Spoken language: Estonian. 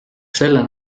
selle